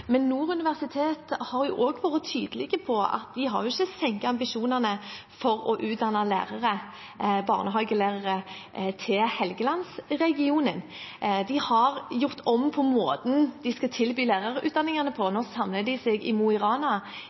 men Nord universitet har også vært tydelig på at de ikke har senket ambisjonene for å utdanne lærere og barnehagelærere i Helgelandsregionen. De har gjort om på måten de skal tilby lærerutdanningen på. Nå samler de seg i Mo i Rana,